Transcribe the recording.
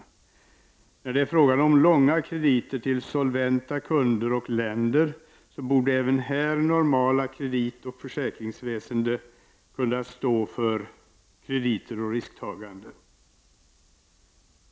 Även när det är fråga om långa krediter till solventa kunder och länder borde det normala kreditoch försäkringsväsendet kunna stå för krediter och risktagande.